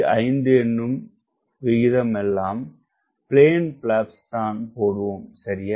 5 எனும் விகிதத்துக்கெல்லாம் plain flaps தான் போடுவோம் சரியா